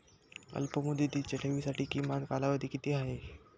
अल्पमुदतीच्या ठेवींसाठी किमान कालावधी किती आहे?